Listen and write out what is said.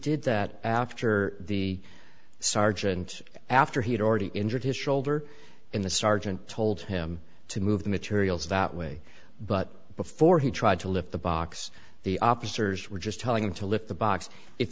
did that after the sergeant after he'd already injured his shoulder in the sergeant told him to move the materials that way but before he tried to lift the box the opposite we're just telling him to lift the box if